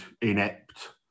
inept